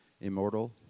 Immortal